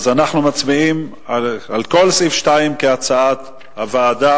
אנחנו מצביעים על כל סעיף 2 כהצעת הוועדה,